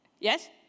Yes